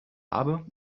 habe